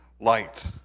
light